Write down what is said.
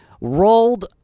Rolled